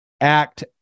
act